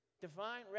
divine